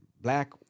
black